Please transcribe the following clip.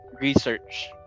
research